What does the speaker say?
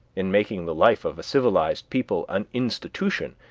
in making the life of a civilized people an institution,